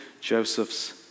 Joseph's